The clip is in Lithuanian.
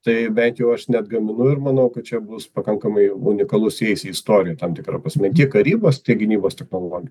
tai bent jau aš neatgaminu ir manau kad čia bus pakankamai unikalus įeis į istoriją tam tikra prasme tiek karybos tiek gynybos technologijų